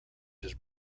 his